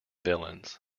villains